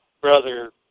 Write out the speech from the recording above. Brother